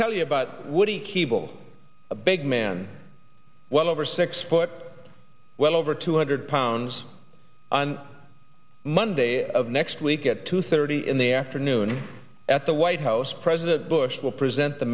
tell you about woody keeble a big man well over six foot well over two hundred pounds on monday of next week at two thirty in the afternoon at the white house president bush will present the